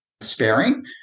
sparing